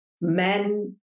men